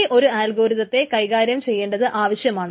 ഈ ഒരു ആൽഗോരിഗത്തെ കൈകാര്യം ചെയ്യേണ്ടത് ആവശ്യമാണ്